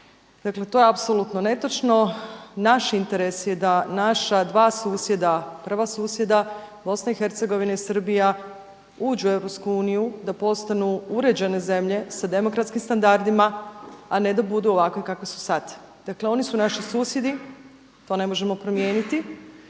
Dakle, to je apsolutno netočno. Naš interes je da naša dva susjeda prva susjeda, Bona i Hercegovina i Srbija uđu u EU, da postanu uređene zemlje sa demokratskim standardima, a ne da budu ovakve kakve su sad. Dakle, oni su naši susjedi, to ne možemo promijeniti.